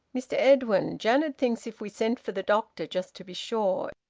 mr edwin, janet thinks if we sent for the doctor, just to be sure.